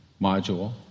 module